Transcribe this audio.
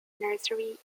nursery